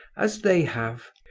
as they have.